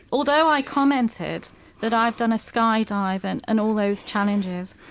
although i commented that i've done a sky dive and and all those challenges,